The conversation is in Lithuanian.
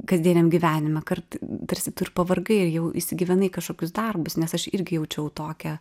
kasdieniam gyvenime kar tarsi tu ir pavargai ir jau įsigyvenai kažkokius darbus nes aš irgi jaučiau tokią